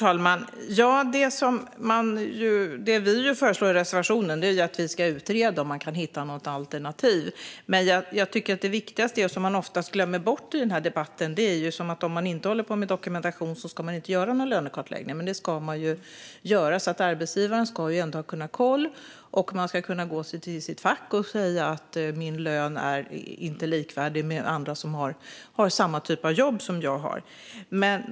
Herr talman! Det vi föreslår i reservationen är att det ska utredas om man kan hitta ett alternativ. Man glömmer ofta bort i denna debatt att även om ingen dokumentation görs ska en lönekartläggning göras. Arbetsgivaren ska ha koll, och man ska kunna gå till sitt fack och säga att den egna lönen inte är likvärdig den som de andra med samma typ av jobb har.